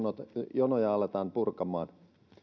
jonoja aletaan purkamaan